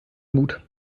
mut